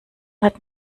hat